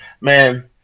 Man